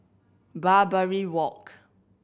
Barbary Walk